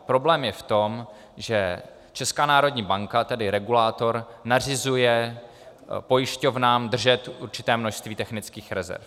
Problém je v tom, že Česká národní banka, tedy regulátor, nařizuje pojišťovnám držet určité množství technických rezerv.